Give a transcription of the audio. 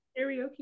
Karaoke